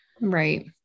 right